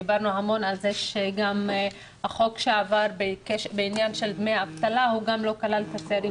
דיברנו המון על זה שגם החוק שעבר בעניין של דמי אבטלה לא כלל את הצעירים